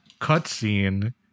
cutscene